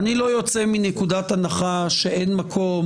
אני לא יוצא מנקודת הנחה שאין מקום